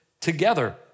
together